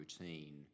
routine